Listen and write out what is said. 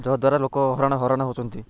ଯଦ୍ୱାରା ଲୋକ ହଇରାଣ ହଇରାଣ ହଉଛନ୍ତି